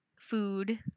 food